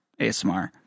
ASMR